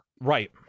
right